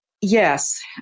Yes